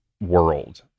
world